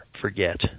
forget